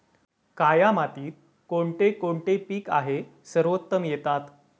काया मातीत कोणते कोणते पीक आहे सर्वोत्तम येतात?